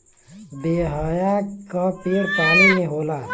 बेहया क पेड़ पानी में होला